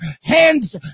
hands